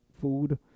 food